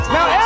Now